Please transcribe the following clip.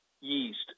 yeast